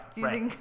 Right